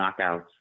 knockouts